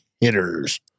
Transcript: hitters